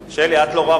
את לא רואה,